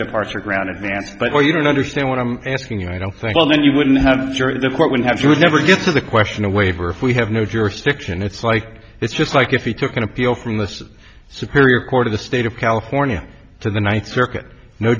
departure ground advance but where you don't understand what i'm asking you i don't think well then you wouldn't have the jury the court would have you would never get to the question a waiver if we have no jurisdiction it's like it's just like if we took an appeal from the superior court of the state of california to the ninth circuit no